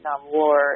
War